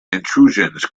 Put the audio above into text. intrusions